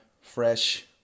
fresh